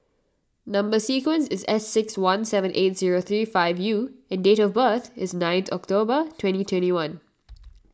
Number Sequence is S six one seven eight zero three five U and date of birth is ninth October twenty twenty one